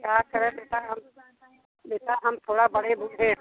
क्या करें बेटा हम बेटा हम थोड़ा बड़े बूढ़े हैं